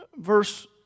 verse